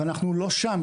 אנחנו לא שם,